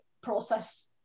process